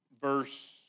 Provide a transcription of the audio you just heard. verse